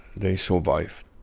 they survived.